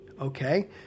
okay